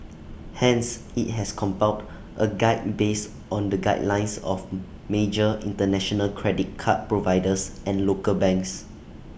hence IT has compiled A guide based on the guidelines of major International credit card providers and local banks